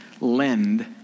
lend